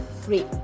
free